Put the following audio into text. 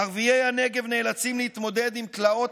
ערביי הנגב נאלצים להתמודד עם תלאות